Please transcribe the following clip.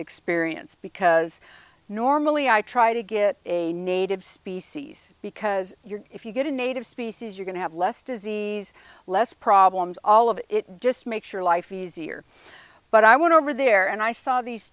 experience because normally i try to get a native species because you're if you get a native species you're going to have less disease less problems all of it just makes your life easier but i went over there and i saw these